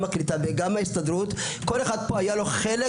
הקליטה וההסתדרות - כל אחד פה היה לו חלק